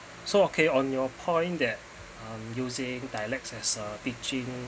so okay on your point that uh using dialects as a teaching